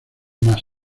más